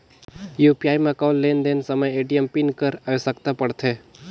UPI म कौन लेन देन समय ए.टी.एम पिन कर आवश्यकता पड़थे?